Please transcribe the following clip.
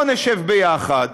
בואו נשב ביחד,